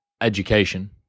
education